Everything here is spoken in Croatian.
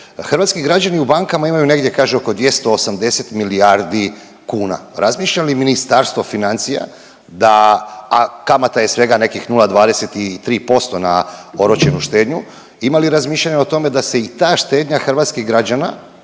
hrvatski građani u bankama imaju negdje kaže oko 280 milijardi kuna. Razmišlja li Ministarstvo financija, a kamata je svega nekih 0,23% na oročenu štednju ima li razmišljanja o tome da se i ta štednja hrvatskih građana